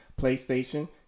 PlayStation